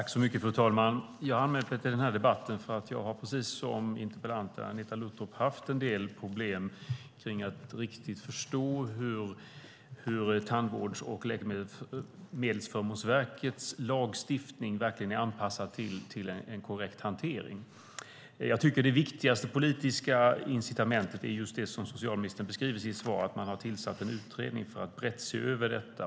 Fru talman! Jag har anmält mig till den här debatten, för jag har, precis som interpellanten Agneta Luttropp, haft en del problem kring att riktigt förstå hur Tandvårds och läkemedelsförmånsverkets lagstiftning verkligen är anpassad till en korrekt hantering. Jag tycker att det viktigaste politiska incitamentet är just det som socialministern beskriver i sitt svar, att man har tillsatt en utredning för att brett se över detta.